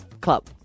club